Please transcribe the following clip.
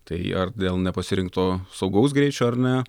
tai ar dėl nepasirinkto saugaus greičio ar ne